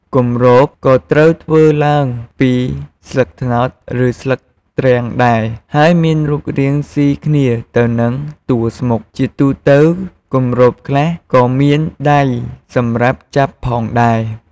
គម្របក៏ត្រូវធ្វើឡើងពីស្លឹកត្នោត ឬស្លឹកទ្រាំងដែរ ហើយមានរូបរាងស៊ីគ្នាទៅនឹងតួស្មុក ជាទូទៅគម្របខ្លះក៏មានដៃសម្រាប់ចាប់ផងដែរ។